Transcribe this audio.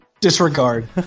disregard